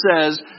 says